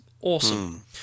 Awesome